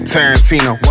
Tarantino